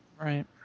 Right